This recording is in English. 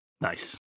Nice